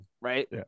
Right